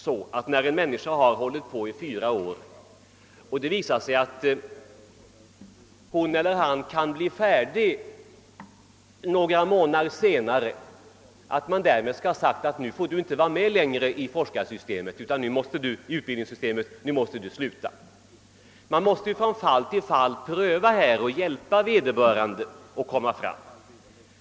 Om en person hållit på med studierna i fyra år och kan bli färdig efter ytterligare några månader, så skall man naturligtvis inte säga: Nu får du inte vara med längre i utbildningssystemet; nu måste du sluta. Man måste från fall till fall pröva förhållandena och hjälpa vederbörande att komma fram till målet.